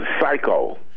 Psycho